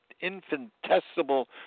infinitesimal